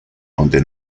donde